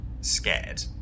Scared